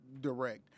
direct